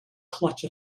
clutch